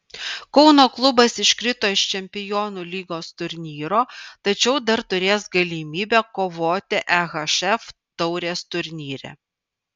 kauno klubas iškrito iš čempionų lygos turnyro tačiau dar turės galimybę kovoti ehf taurės turnyre